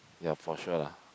ya Porche lah